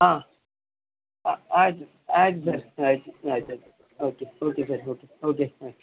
ಹಾಂ ಆಯಿತು ಆಯ್ತು ಸರ್ ಆಯ್ತು ಆಯ್ತು ಆಯ್ತು okay okay sir okay okay ಹಾಂ